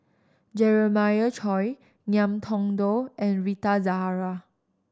Jeremiah Choy Ngiam Tong Dow and Rita Zahara